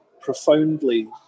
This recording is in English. profoundly